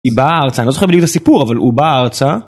היא באה ארצה, אני לא זוכר בדיוק את הסיפור אבל הוא בא ארצה.